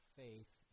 faith